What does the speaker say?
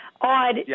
odd